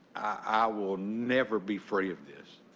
i will never be free of this.